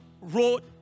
wrote